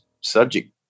subject